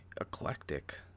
eclectic